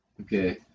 Okay